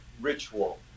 ritual